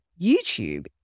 YouTube